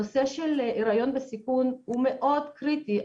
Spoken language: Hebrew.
הנושא של היריון בסיכון הוא מאוד קריטי.